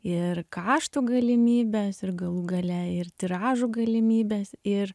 ir kaštų galimybės ir galų gale ir tiražų galimybės ir